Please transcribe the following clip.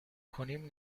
کنیم